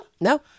No